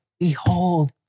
Behold